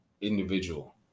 individual